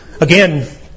Again